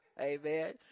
amen